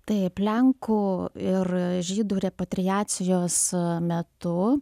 taip lenkų ir žydų repatriacijos metu